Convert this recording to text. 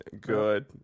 good